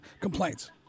complaints